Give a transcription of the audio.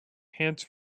hands